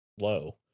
low